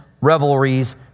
revelries